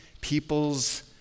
people's